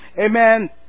Amen